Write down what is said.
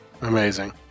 Amazing